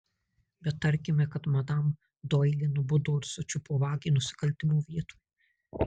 bet tarkime kad madam doili nubudo ir sučiupo vagį nusikaltimo vietoje